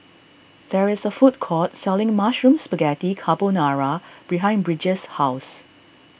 there is a food court selling Mushroom Spaghetti Carbonara behind Bridger's house